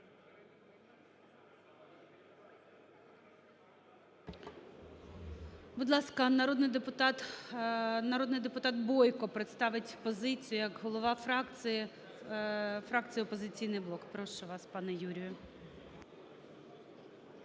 Будь ласка, народний депутат Бойко представить позицію як голова фракції "Опозиційний блок". Прошу вас, пане Юрію.